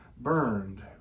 burned